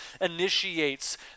initiates